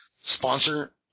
sponsor